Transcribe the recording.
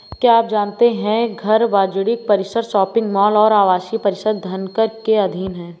क्या आप जानते है घर, वाणिज्यिक परिसर, शॉपिंग मॉल और आवासीय परिसर धनकर के अधीन हैं?